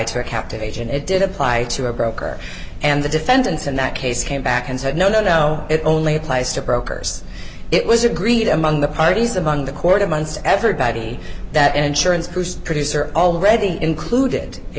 to a captive age and it did apply to a broker and the defendants in that case came back and said no no no it only applies to progress it was agreed among the parties among the court of months everybody that insurance producer already included a